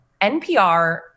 NPR